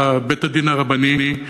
בבית-הדין הרבני,